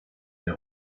der